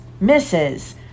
Misses